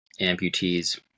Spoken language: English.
amputees